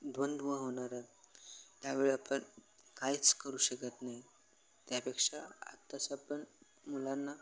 द्वंद्व होणारा त्यावेळी आपण काहीच करू शकत नाही त्यापेक्षा आत्ताच आपण मुलांना